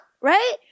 right